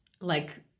like-